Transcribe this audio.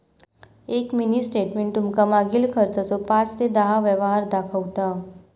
एक mini statement तुमका मागील खर्चाचो पाच ते दहा व्यवहार दाखवता